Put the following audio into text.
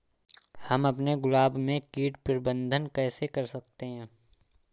हम अपने गुलाब में कीट प्रबंधन कैसे कर सकते है?